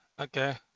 Okay